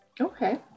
Okay